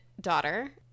daughter